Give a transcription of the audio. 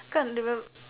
can't remem~